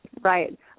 Right